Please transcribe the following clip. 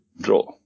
draw